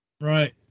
Right